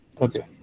Okay